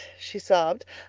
she sobbed.